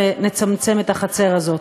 והמשפט ניסן סלומינסקי,